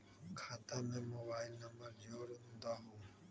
खाता में mobile number जोड़ दहु?